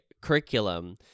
curriculum